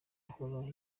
ahora